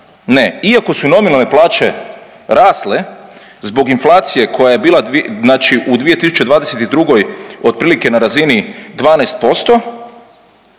Ne, iako su nominalne plaće rasle zbog inflacije koja je bila, znači u 2022. otprilike na razini 12%